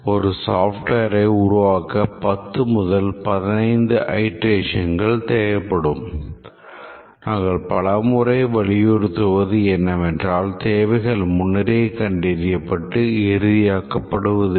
ஒரு software உருவாக்க 10 முதல் 15 அயிட்ரேஷன்கள் தேவைப்படும் நாங்கள் பலமுறை வலியுறுத்துவது என்னவென்றால் தேவைகள் முன்னரே கண்டறியப்பட்டு இறுதியாக்கப்படுவதில்லை